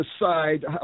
decide